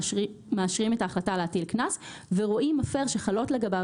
המאשרים את ההחלטה להטיל קנס ורואים מפר שחלות לגביו